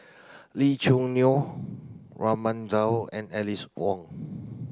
Lee Choo Neo Raman Daud and Alice Ong